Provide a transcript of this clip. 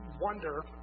wonder